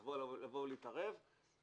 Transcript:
שאול בטח ייתן לזה סייגים ברגע שהוא יתחיל לעבוד.